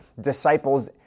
disciples